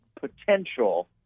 potential